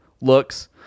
looks